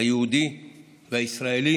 היהודי והישראלי